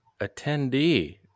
attendee